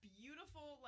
beautiful